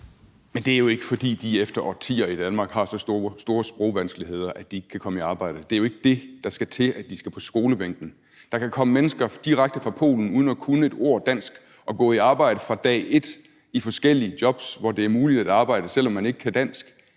Men det er jo ikke, fordi de efter årtier i Danmark har så store sprogvanskeligheder, at de ikke kan komme i arbejde. Det er jo ikke det, der skal til, altså at de skal på skolebænken. Der kan komme mennesker direkte fra Polen uden at kunne et ord dansk og gå i arbejde fra dag et i forskellige jobs, hvor det er muligt at arbejde, selv om man ikke kan dansk.